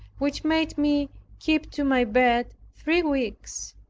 which made me keep to my bed three weeks,